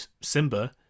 Simba